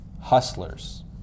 Hustlers